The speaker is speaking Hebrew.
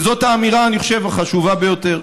וזאת האמירה, אני חושב, החשובה ביותר.